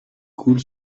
coule